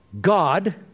God